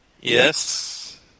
Yes